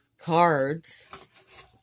cards